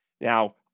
Now